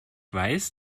weiß